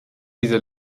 dieser